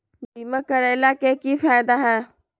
बीमा करैला के की फायदा है?